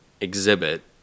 exhibit